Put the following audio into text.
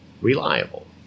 reliable